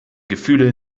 gefühle